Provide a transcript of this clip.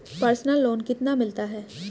Personal loan कितना मिलता है?